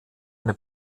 eine